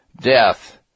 death